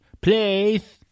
Please